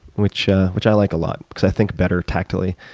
which ah which i like a lot because i think better tactically.